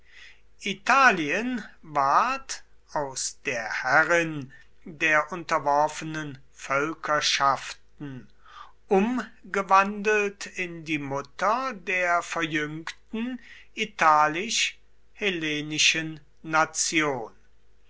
italien ward aus der herrin der unterworfenen völkerschaften umgewandelt in die mutter der verjüngten italisch hellenischen nation